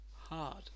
hard